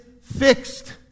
fixed